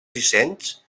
dissenys